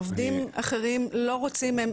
עובדים אחרים לא רוצים,